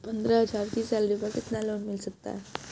पंद्रह हज़ार की सैलरी पर कितना लोन मिल सकता है?